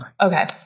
Okay